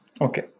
Okay